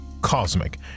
Cosmic